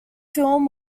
film